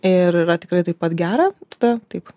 ir yra tikrai taip pat gera tada taip